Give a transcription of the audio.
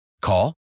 Call